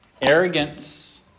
Arrogance